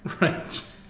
right